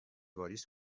واریز